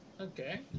Okay